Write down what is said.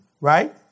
right